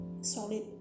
solid